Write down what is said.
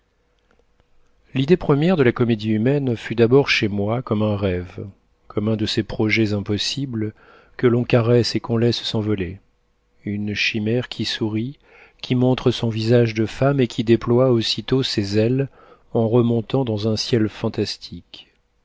l'idée première de la comédie humaine fut d'abord chez moi comme un rêve comme un de ces projets impossibles que l'on caresse et qu'on laisse s'envoler une chimère qui sourit qui montre son visage de femme et qui déploie aussitôt ses ailes en remontant dans un ciel fantastique